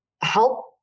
help